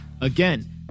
Again